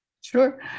Sure